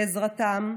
בעזרתם,